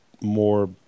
more